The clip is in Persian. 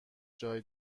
جای